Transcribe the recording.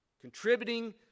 Contributing